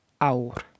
aur